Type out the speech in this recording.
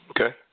Okay